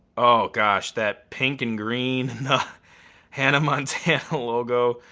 oh gosh, that pink and green hanna montana logo.